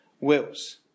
wills